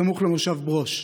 סמוך למושב ברוש.